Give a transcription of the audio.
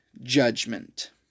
judgment